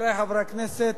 חברי חברי הכנסת,